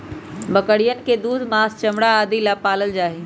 बकरियन के दूध, माँस, चमड़ा आदि ला पाल्ल जाहई